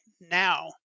now